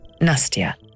Nastya